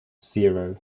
zero